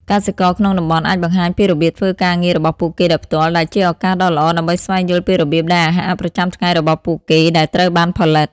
កសិករក្នុងតំបន់អាចបង្ហាញពីរបៀបធ្វើការងាររបស់ពួកគេដោយផ្ទាល់ ដែលជាឱកាសដ៏ល្អដើម្បីស្វែងយល់ពីរបៀបដែលអាហារប្រចាំថ្ងៃរបស់ពួកគេដែលត្រូវបានផលិត ។